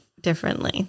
differently